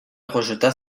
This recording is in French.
rejeta